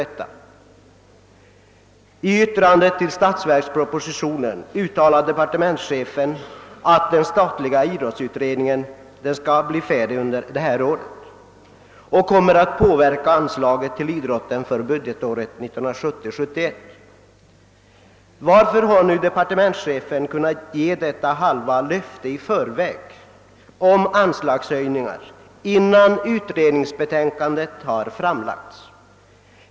Departementschefen uttalar i statsverkspropositionen att den statliga idrottsutredningen skall bli färdig med sitt arbete under detta år och att detta kommer att påverka anslaget till idrotten för budgetåret 1970/71. Varför har nu departementschefen kunnat ge ett sådant halvt löfte i förväg om anslagshöjningar innan utredningsbetänkandet framlagts?